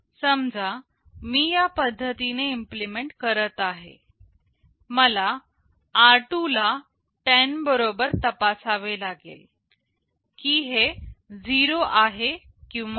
समजा मी या पद्धतीने इम्प्लिमेंट करत आहे मला r2 ला 10 बरोबर तपासावे लागेल की हे 0 आहे किंवा नाही